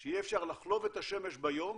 שיהיה אפשר לחלוב את השמש ביום